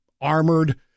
Armored